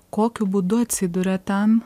kokiu būdu atsiduria ten